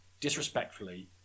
disrespectfully